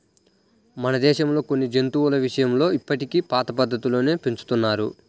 మన దేశంలో కొన్ని జంతువుల విషయంలో ఇప్పటికీ పాత పద్ధతుల్లోనే పెంచుతున్నారు